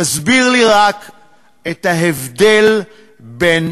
תסביר לי רק את ההבדל בין